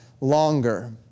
longer